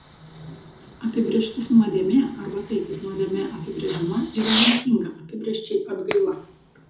apibrėžtis nuodėmė arba tai kaip nuodėmė apibrėžiama yra lemtinga apibrėžčiai atgaila